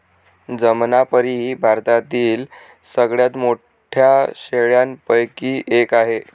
जमनापरी ही भारतातील सगळ्यात मोठ्या शेळ्यांपैकी एक आहे